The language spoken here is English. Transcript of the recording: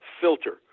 filter